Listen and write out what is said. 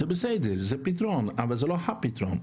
זה בסדר, זה פתרון אבל זה לא הפתרון.